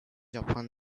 often